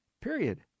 Period